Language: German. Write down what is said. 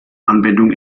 anwendung